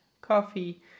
coffee